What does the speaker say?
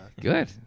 good